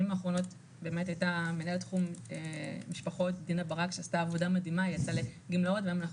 האחרונות באמת הייתה מנהלת תחום משפחות דינה ברק שיצאה לגמלאות שעשתה